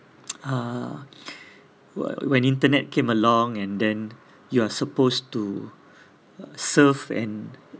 uh when internet came along and then you are supposed to uh surf and